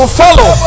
follow